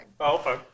Okay